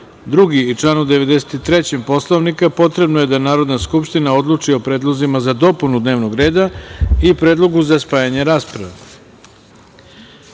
2. i članu 93. Poslovnika, potrebno je da Narodna skupština odluči o predlozima za dopunu dnevnog reda i predlogu za spajanje rasprave. Narodni